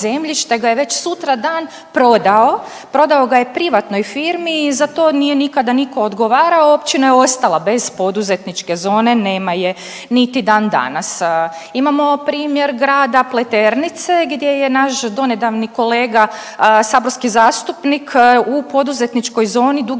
ga je već sutradan prodao. Prodao ga je privatnoj firmi i za to nije nikada nitko odgovarao, općina je ostala bez poduzetničke zone nema je niti dan danas. Imamo primjer grada Pleternice gdje je naš donedavni kolega saborski zastupnik u poduzetničkoj zoni dugi